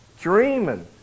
dreaming